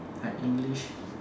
had english